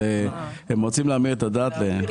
הם רוצים להמיר את הדת לנצרות.